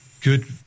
good